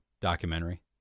documentary